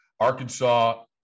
Arkansas